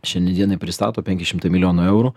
šiandien dienai pristato penki šimtai milijonų eurų